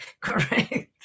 Correct